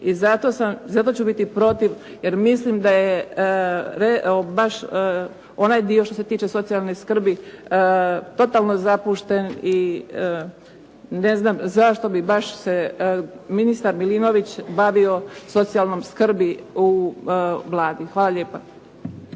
I zato ću biti protiv. Jer mislim da je onaj dio socijalne skrbi totalno zapušten i ne znam zašto bi se baš ministar Milinović bavio socijalnom skrbi u Vladi. Hvala lijepo.